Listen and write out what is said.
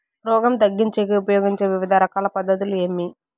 రోగం తగ్గించేకి ఉపయోగించే వివిధ రకాల పద్ధతులు ఏమి?